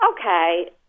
okay